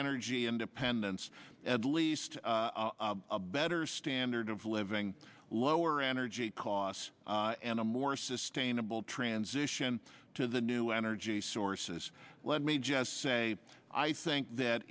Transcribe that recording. energy independence at least a better standard of living lower energy costs and a more sustainable transition to the new energy sources let me just say i think that